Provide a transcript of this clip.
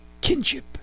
kinship